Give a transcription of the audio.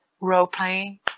role-playing